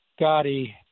Gotti